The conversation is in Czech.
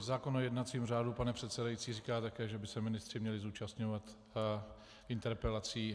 Zákon o jednacím řádu, pane předsedající, říká také, že by se ministři měli zúčastňovat interpelací.